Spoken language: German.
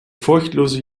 furchtlose